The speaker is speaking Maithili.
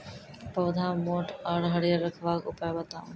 पौधा मोट आर हरियर रखबाक उपाय बताऊ?